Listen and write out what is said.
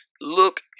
look